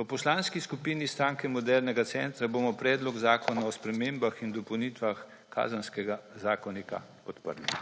V Poslanski skupini Stranke modernega centra bomo Predlog zakona o spremembah in dopolnitvah Kazenskega zakonika podprli.